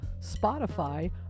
Spotify